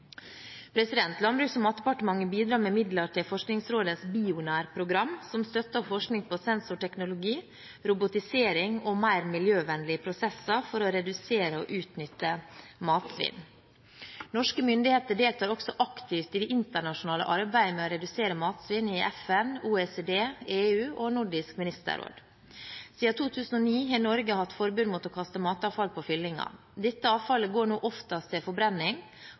Landbruks- og matdepartementet bidrar med midler til Forskningsrådets Bionærprogram, som støtter forskning på sensorteknologi, robotisering og mer miljøvennlige prosesser for å redusere og utnytte matsvinn. Norske myndigheter deltar også aktivt i det internasjonale arbeidet med å redusere matsvinn i FN, OECD, EU og Nordisk ministerråd. Siden 2009 har Norge hatt forbud mot å kaste matavfall på fyllinga. Dette avfallet går nå oftest til forbrenning,